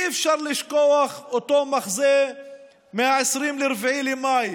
אי-אפשר לשכוח את אותו המחזה מה-24 במאי